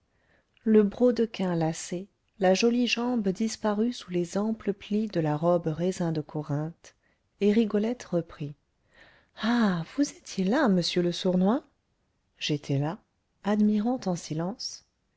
le brodequin lacé la jolie jambe disparut sous les amples plis de la robe raisin de corinthe et rigolette reprit ah vous étiez là monsieur le sournois j'étais là admirant en silence